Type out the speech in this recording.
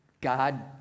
God